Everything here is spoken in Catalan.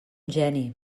geni